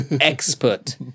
Expert